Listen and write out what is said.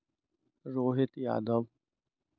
Rohit Yadav